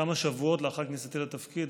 כמה שבועות לאחר כניסתי לתפקיד,